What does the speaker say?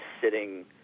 sitting